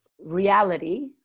reality